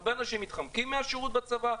הרבה אנשים מתחמקים מהשירות בצבא,